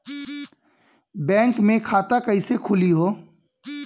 Bank मे खाता कईसे खुली हो?